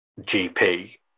GP